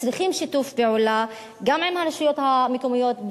צריכים שיתוף פעולה גם עם הרשויות המקומיות,